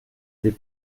des